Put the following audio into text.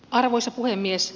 arvoisa puhemies